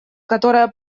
которое